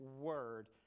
word